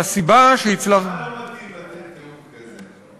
והסיבה, לך לא מתאים לתת תיאור כזה, אבל